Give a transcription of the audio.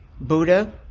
Buddha